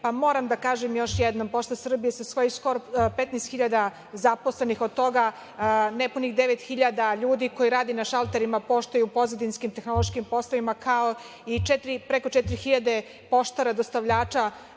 pa moram da kažem još jednom „Pošta Srbije“ sa skoro svojih 15.000 zaposlenih, od toga nepunih 9.000 ljudi koji rade na šalterima „Pošte“ i u pozadinskim tehnološkim poslovima, kao i preko 4.000 poštara dostavljača